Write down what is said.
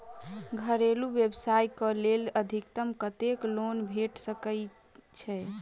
घरेलू व्यवसाय कऽ लेल अधिकतम कत्तेक लोन भेट सकय छई?